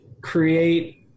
create